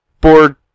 board